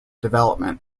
development